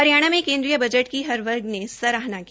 हरियाणा में केन्द्रीय बजट की हर वर्ग ने सराहना की